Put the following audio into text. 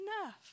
enough